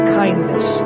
kindness